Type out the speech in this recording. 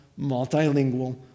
multilingual